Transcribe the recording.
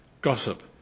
gossip